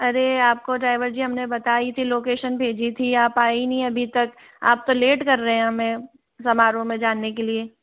अरे आपको ड्राइवर जी हमने बताई थी लोकेशन भेजी थी आप आई नहीं अभी तक आप तो लेट कर रहे हैं हमें समारोह में जाने के लिए